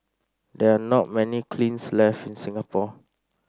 there are not many kilns left in Singapore